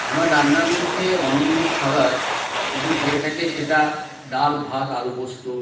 আমার রান্নার মধ্যে অনন্য খাবার যদি হয়ে থাকে সেটা ডাল ভাত আলু পোস্ত